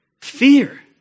fear